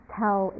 tell